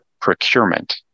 procurement